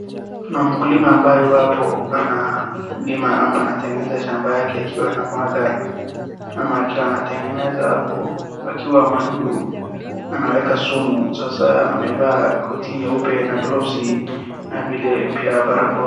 Kuna mkulima ambaye iwapo analima ama anatengeneza shamba yake akiwa anamwaga ama akiwa anatengeneza hapo akiuwa madudu, anaweka sumu sasa amevaa koti nyeupe na gloves na vile pia barakoa.